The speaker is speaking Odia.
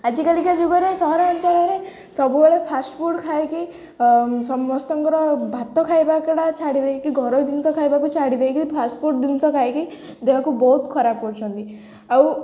ଆଜିକାଲିକା ଯୁଗରେ ସହରାଞ୍ଚଳରେ ସବୁବେଳେ ଫାଷ୍ଟ ଫୁଡ଼୍ ଖାଇକି ସମସ୍ତଙ୍କର ଭାତ ଖାଇବା ଛାଡ଼ି ଦେଇକି ଘରୋଇ ଜିନିଷ ଖାଇବାକୁ ଛାଡ଼ି ଦେଇକି ଫାଷ୍ଟ ଫୁଡ଼୍ ଜିନିଷ ଖାଇକି ଦେହକୁ ବହୁତ ଖରାପ କରୁଛନ୍ତି ଆଉ